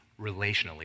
relationally